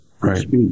right